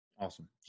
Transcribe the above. awesome